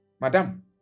madam